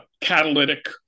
catalytic